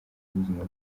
ubuzima